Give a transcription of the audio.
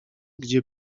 gdzie